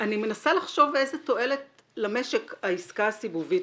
אני מנסה לחשוב איזו תועלת למשק העסקה הסיבובית